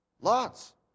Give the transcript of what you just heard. lots